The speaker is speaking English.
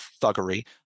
thuggery